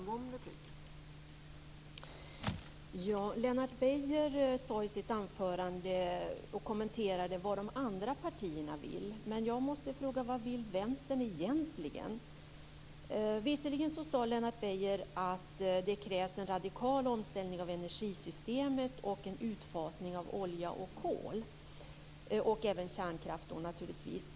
Fru talman! Lennart Beijer kommenterade i sitt anförande vad de andra partierna vill. Men jag måste fråga: Vad vill Vänstern egentligen? Visserligen sade Lennart Beijer att det krävs en radikal omställning av energisystemet och en utfasning av olja och kol - och naturligtvis kärnkraft.